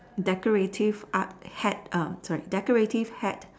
decorative art hat um sorry decorative hat